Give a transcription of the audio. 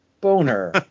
boner